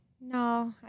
No